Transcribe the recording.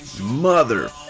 Mother